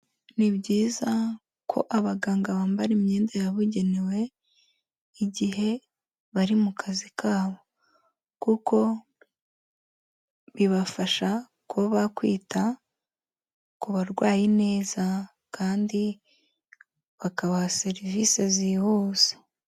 Ni byiza ko abaganga bambara imyenda yabugenewe, igihe bari mu kazi kabo. Kuko bibafasha kuba kwita, ku barwayi neza, kandi bakabaha serivise zihuse.